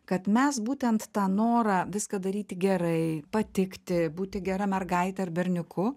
kad mes būtent tą norą viską daryti gerai patikti būti gera mergaite ar berniuku